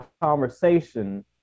conversation